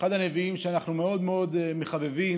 אחד הנביאים שאנחנו מאוד מאוד מחבבים.